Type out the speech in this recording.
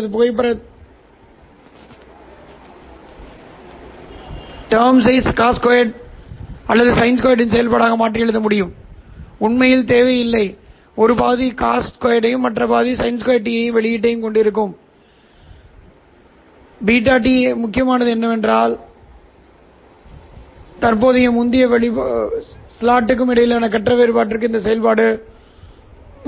இதைப் புறக்கணிப்பதை விட நாங்கள் இங்கு புறக்கணித்த மற்ற துறைமுகம் அதை சில பயன்பாட்டிற்கு கொண்டு வருவோம் வெளியீட்டில்